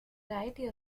variety